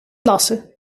lassen